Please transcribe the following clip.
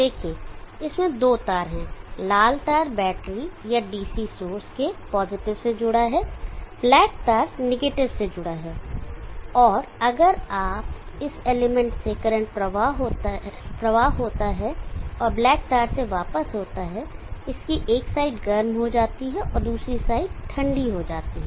देखें इसमें दो तार हैं लाल तार बैटरी या DC सोर्स के पॉजिटिव से जुड़ा है ब्लैक तार निगेटिव से जुड़ा है और अगर इस एलिमेंट से करंट प्रवाह होता है और ब्लैक तार से वापस होता है इसकी एक साइड गर्म हो जाती है और दूसरी साइड ठंडी हो जाती है